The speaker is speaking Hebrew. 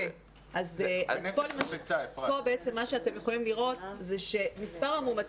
פה בעצם מה שאתם יכולים לראות זה מספר המאומתים